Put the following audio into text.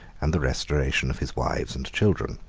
and the restoration of his wives and children.